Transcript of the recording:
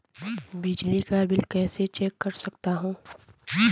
बिजली का बिल कैसे चेक कर सकता हूँ?